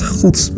goed